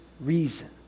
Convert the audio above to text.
reason